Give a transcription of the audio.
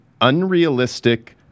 unrealistic